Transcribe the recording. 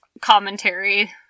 commentary